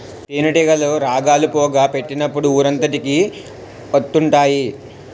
తేనేటీగలు రాగాలు, పొగ పెట్టినప్పుడు ఊరంతకి వత్తుంటాయి